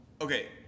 Okay